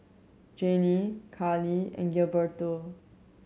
Janie Carli and Gilberto